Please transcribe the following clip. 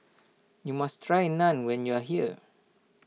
you must try Naan when you are here